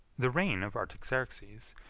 the reign of artaxerxes,